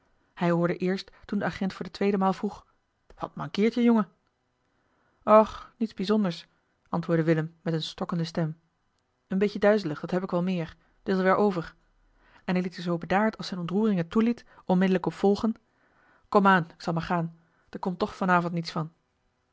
hij hoorde eerst toen de agent voor de tweede maal vroeg wat mankeert je jongen och niets bijzonders antwoordde willem met eene stokkende stem een beetje duizelig dat heb ik wel meer t is al weer over en hij liet er zoo bedaard als zijne ontroering het toeliet onmiddellijk op volgen komaan ik zal maar gaan der komt toch van avond niets van